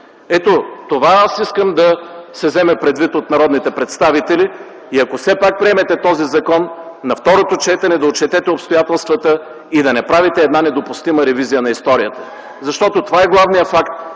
Това искам да се вземе предвид от народните представители. Ако все пак приемете този закон, на второ четене да отчетете обстоятелствата и да не правите една недопустима ревизия на историята. Това е главният факт,